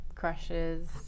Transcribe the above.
crushes